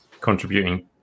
contributing